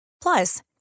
Plus